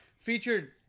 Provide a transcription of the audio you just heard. featured